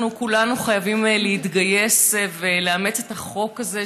כולנו חייבים להתגייס ולאמץ את החוק הזה,